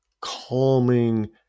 calming